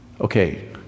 Okay